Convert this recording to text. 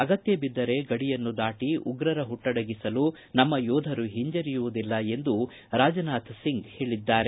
ಅಗತ್ತಬಿದ್ದರೆ ಗಡಿಯನ್ನು ದಾಟಿ ಉಗ್ರರ ಹುಟ್ಟಡಗಿಸಲು ನಮ್ಮ ಯೋಧರು ಹಿಂಜರಿಯುವುದಿಲ್ಲ ಎಂದು ರಾಜನಾಥ್ ಸಿಂಗ್ ಹೇಳಿದ್ದಾರೆ